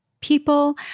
people